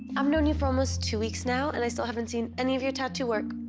um known you for almost two weeks now, and i still haven't seen any of your tattoo work,